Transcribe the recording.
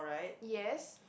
yes